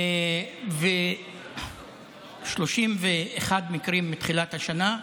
31 מקרים מתחילת השנה,